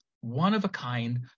one-of-a-kind